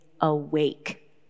awake